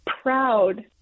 proud